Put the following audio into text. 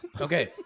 Okay